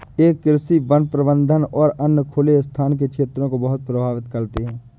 ये कृषि, वन प्रबंधन और अन्य खुले स्थान के क्षेत्रों को बहुत प्रभावित करते हैं